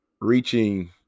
reaching